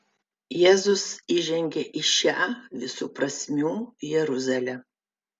jėzus įžengia į šią visų prasmių jeruzalę